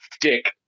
Dick